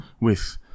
with-